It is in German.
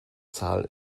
zahl